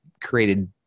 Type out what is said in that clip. created